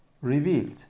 revealed